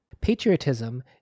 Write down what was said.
Patriotism